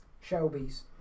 Shelby's